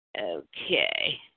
Okay